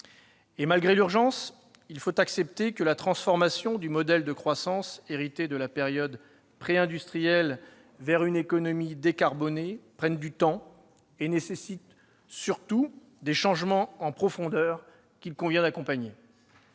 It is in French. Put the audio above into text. Malgré l'urgence, il faut accepter que la transformation du modèle de croissance hérité de la période préindustrielle vers une économie décarbonée prenne du temps. Elle nécessite surtout des changements en profondeur, qu'il convient d'accompagner.